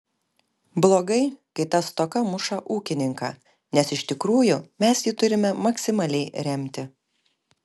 blogai kai ta stoka muša ūkininką nes iš tikrųjų mes jį turime maksimaliai remti